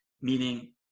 Meaning